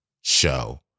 show